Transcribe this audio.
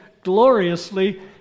gloriously